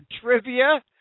trivia